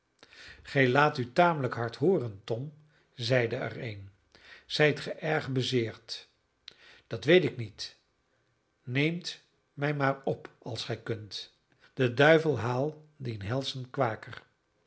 gij laat u tamelijk hard hooren tom zeide er een zijt ge erg bezeerd dat weet ik niet neemt mij maar op als gij kunt de duivel haal dien helschen kwaker